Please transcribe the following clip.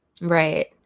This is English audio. Right